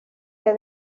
que